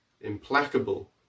implacable